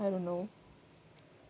I don't know